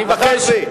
אני מבקש,